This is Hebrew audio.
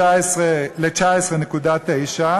אחריהן ל-19.9%,